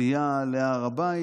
העלייה להר הבית.